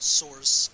source